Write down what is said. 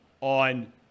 on